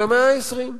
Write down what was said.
של המאה ה-20.